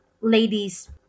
ladies